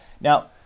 Now